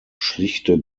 schlichte